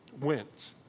went